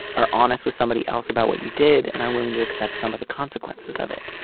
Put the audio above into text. are honest with somebody else about what you did and are willing to accept some of the consequences of it.